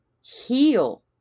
heal